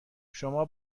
شما